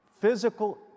Physical